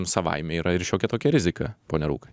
savaime yra ir šiokia tokia rizika pone rūkai